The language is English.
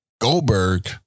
Goldberg